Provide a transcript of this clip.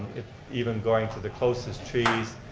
even going to the closest trees,